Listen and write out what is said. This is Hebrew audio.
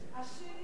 עשירים.